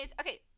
okay